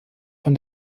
von